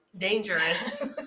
dangerous